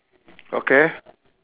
okay